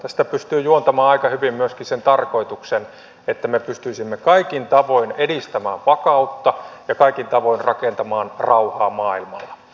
tästä pystyy juontamaan aika hyvin myöskin sen tarkoituksen että me pystyisimme kaikin tavoin edistämään vakautta ja kaikin tavoin rakentamaan rauhaa maailmalla